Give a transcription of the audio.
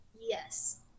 Yes